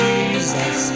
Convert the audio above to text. Jesus